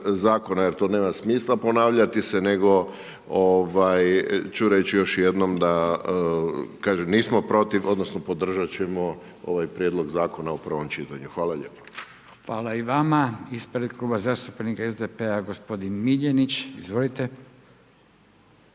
jer to nema smisla ponavljati se, nego ću reći još jednom, kažem, nismo protiv, odnosno, podržati ćemo ovaj prijedlog zakona u prvom čitanju. Hvala lijepo. **Radin, Furio (Nezavisni)** Hvala i vama. Ispred Kluba zastupnika SDP-a, gospodin Miljenić, izvolite.